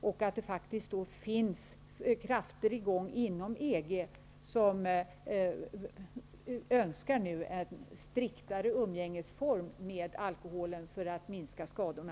Det finns faktiskt inom EG krafter som önskar striktare former för umgänget med alkoholen för att minska skadorna.